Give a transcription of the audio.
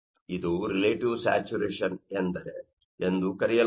ಇದು relative saturation ಎಂದು ಕರೆಯಲಾಗಿದೆ